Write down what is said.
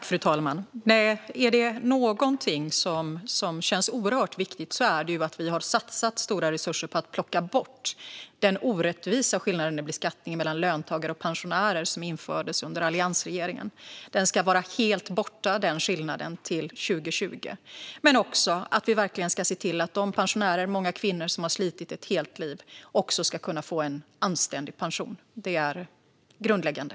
Fru talman! Om det är något som känns oerhört viktigt är det att vi har satsat stora resurser på att plocka bort den orättvisa skillnaden i beskattning mellan löntagare och pensionärer som infördes under alliansregeringen. Denna skillnad ska vara helt borta till 2020. Vi ska också verkligen se till att de pensionärer - många av dem är kvinnor - som har slitit ett helt liv ska kunna få en anständig pension. Det är grundläggande.